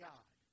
God